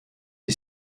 est